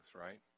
right